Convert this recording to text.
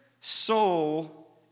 soul